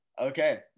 Okay